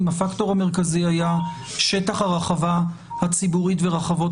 אם הפקטור המרכזי היה שטח הרחבה הציבורית ורחבות